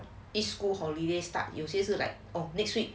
this school holiday start 有些是 like or next week